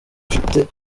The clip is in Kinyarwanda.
afite